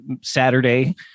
Saturday